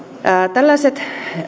tällaiset